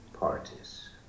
parties